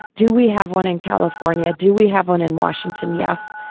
do we have one in california? do we have one in washington? yes,